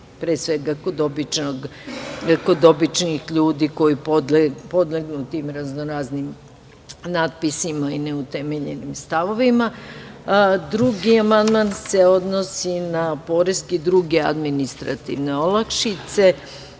pre svega kod običnih ljudi koji podlegnu tim raznoraznim natpisima i neutemeljenim stavovima. Drugi amandman se odnosi na poreske i druge administrativne olakšice.